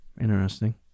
interesting